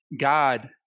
God